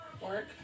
Work